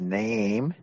name